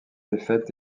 défaites